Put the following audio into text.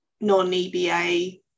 non-EBA